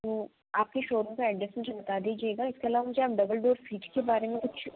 वो आपकी शौरूम का एड्रेस मुझे बता दीजिएगा इसके अलावा मुझे आप डबल डोर फ्रिज के बारे में कुछ